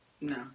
No